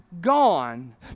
gone